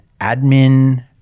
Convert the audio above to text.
admin